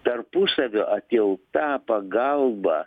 tarpusavio atjauta pagalba